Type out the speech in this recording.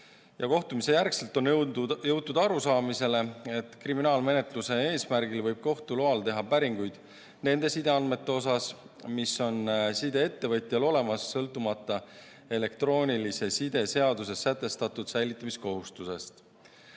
Kohtumiste järel on jõutud arusaamisele, et kriminaalmenetluse eesmärgil võib kohtu loal teha päringuid nende sideandmete kohta, mis on sideettevõtjal olemas sõltumata elektroonilise side seaduses sätestatud säilitamise kohustusest.